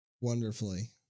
wonderfully